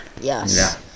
Yes